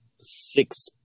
six